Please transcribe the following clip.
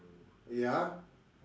ya